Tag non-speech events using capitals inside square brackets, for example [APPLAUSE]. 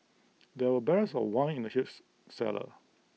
there were barrels of wine in the [UNINTELLIGIBLE] cellar